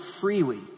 freely